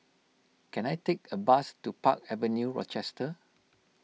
can I take a bus to Park Avenue Rochester